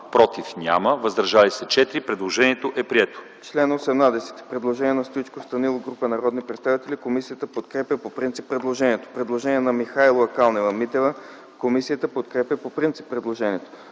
против няма, въздържали се 4. Предложението е прието.